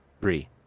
Three